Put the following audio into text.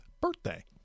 birthday